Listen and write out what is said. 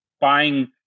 buying